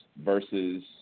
versus